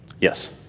Yes